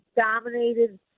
dominated